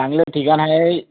चांगलं ठिकाण आहे